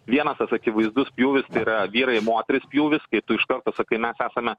vienas tas akivaizdus pjūvis tai yra vyrai moteris pjūvis kai tu iš karto atsakai mes esame